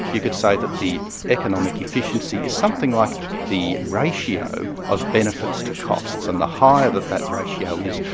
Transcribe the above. you could say that the economic efficiency is something like the ratio of benefits to costs, and the higher that that ratio is,